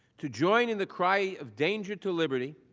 to join in the cry of danger to liberty.